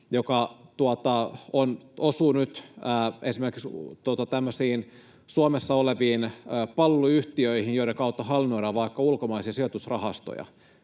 joka osuu nyt esimerkiksi tämmöisiin Suomessa oleviin palveluyhtiöihin, joiden kautta hallinnoidaan vaikka ulkomaisia sijoitusrahastoja